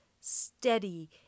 steady